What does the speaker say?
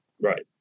Right